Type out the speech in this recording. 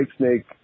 Whitesnake